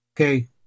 Okay